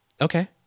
okay